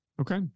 Okay